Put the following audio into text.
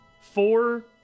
Four